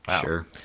Sure